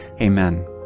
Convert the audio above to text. amen